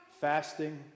fasting